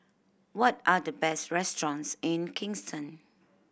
what are the best restaurants in Kingston